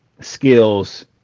skills